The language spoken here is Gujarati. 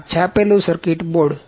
આ છાપેલું સર્કિટ બોર્ડ